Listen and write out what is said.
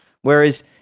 Whereas